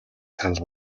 санал